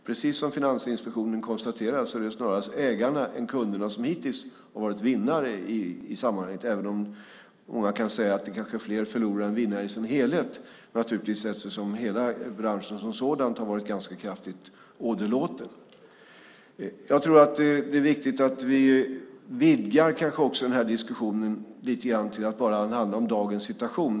Precis som Finansinspektionen konstaterar är det snarast ägarna och inte kunderna som hittills har varit vinnare i sammanhanget även om många kan säga att det kanske är fler förlorare än vinnare i dess helhet, eftersom hela branschen som sådan har varit ganska kraftigt åderlåten. Jag tror att det är viktigt att vi vidgar den här diskussionen lite grann så att den inte bara handlar om dagens situation.